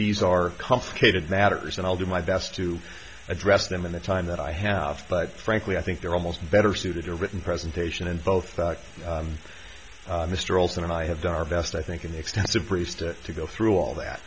these are complicated matters and i'll do my best to address them in the time that i have but frankly i think they're almost better suited to a written presentation and both mr olson and i have done our best i think an extensive priest to go through all that